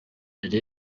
yari